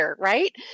right